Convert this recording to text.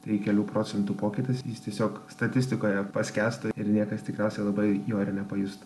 tai kelių procentų pokytis jis tiesiog statistikoje paskęstų ir niekas tikriausiai labai jo ir nepajustų